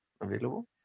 available